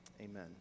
Amen